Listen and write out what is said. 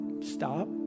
stop